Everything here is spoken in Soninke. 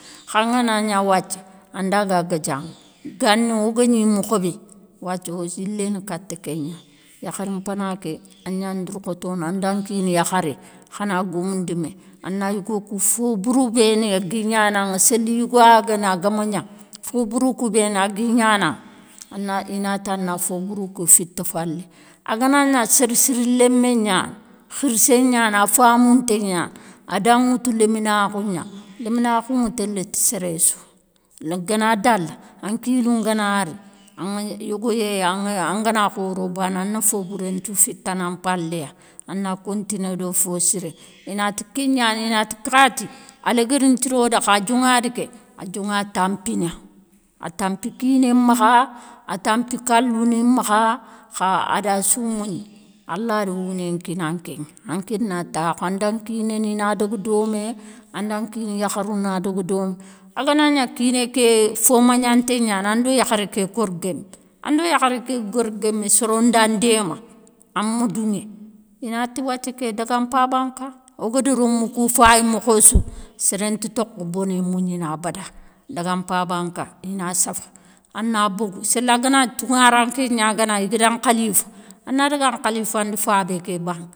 Xan ga na nia wathie an da ga gadiaŋe. Ganni wo guégni mokho bé wathie wo yiléne kate kénia. Yakhari mpana ké, an nian dourkhotone an dan kine yakharé xa na guémounde mé. An na yigo ké fo bourou bé ni gui nianaŋa. Séle yigo ya guéné a ga magni, fo bourou kou bé ni a gui niane anŋe i nate an na fo bourou kou fite fallé. A ga na nia sére siri lémé niane, khirsé niane a famounté niane, a dan ŋoute léminakhou nia, léminakhou ŋa téle ti séré sou. ga na dale an kilou nga na ri yogo yéye an ga na khoro bane an na fou bouré nthiou fitane an mpalé ya, an na continé do fo siré. I nate ké niane i nate kati, a léguérou nthiro dé kha a dioŋadi ké a dioŋa tampina. A tampi kiné makha, a tampi kalou ni makha kha a da sou mougne, allah re wouné nkina ankéŋa. Anké na takhou an dan kiné ni na dagua domé, an dan kine yakharou na daga domé. A ga na gna kiné ké fo manianté niane, an do yakharé ké kore guéme, an do yakharé ké ga kori guéme soro nda déma an ma douŋé, i na ti wathie ké dague an paban ka. Wo guéde rémou kou faye mokho sou, séré nta toke boné mougnine abada. Dague an paban ka i na safa, an na bogou. Séle a ga na gni touŋaranké nia guéne anŋe i gada an nkhalife, an na daga an nkhalifandi fabé ké ba.